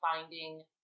finding